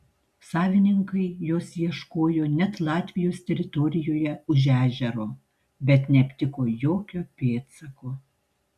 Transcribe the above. savininkai jos ieškojo net latvijos teritorijoje už ežero bet neaptiko jokio pėdsako